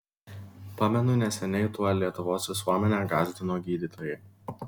pamenu neseniai tuo lietuvos visuomenę gąsdino gydytojai